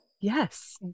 Yes